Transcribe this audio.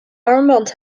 armband